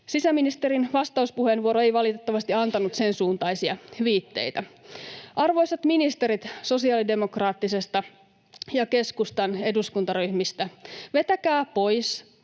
Sisäministerin vastauspuheenvuoro ei valitettavasti antanut sen suuntaisia viitteitä. Arvoisat ministerit sosiaalidemokraattisesta ja keskustan eduskuntaryhmästä, vetäkää pois